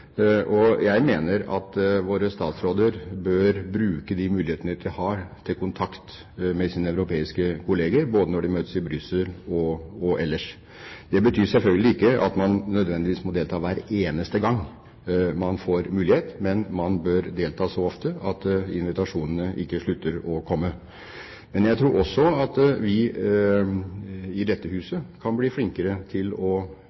Jeg mener at våre statsråder bør bruke de mulighetene de har, til kontakt med sine europeiske kollegaer både når de møtes i Brussel og ellers. Det betyr selvfølgelig ikke at man nødvendigvis må delta hver eneste gang man får mulighet, men man bør delta så ofte at invitasjonene ikke slutter å komme. Jeg tror også at vi i dette huset kan blir flinkere til å